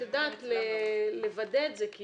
את יודעת לוודא את זה, כי